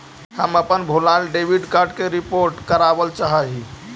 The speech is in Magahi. हम अपन भूलायल डेबिट कार्ड के रिपोर्ट करावल चाह ही